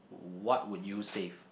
what would you save